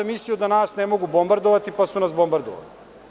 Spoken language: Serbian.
Mislio sam da nas ne mogu bombardovati, pa su nas bombardovali.